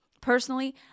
personally